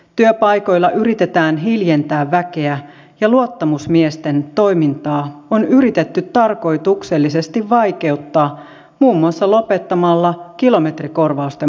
työpaikoilla yritetään hiljentää väkeä ja luottamusmiesten toimintaa on yritetty tarkoituksellisesti vaikeuttaa muun muassa lopettamalla kilometrikorvausten maksaminen